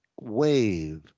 wave